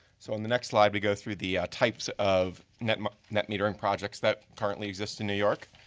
so on the next slide we go through the types of net net metering projects that currently exist in new york.